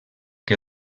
que